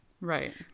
Right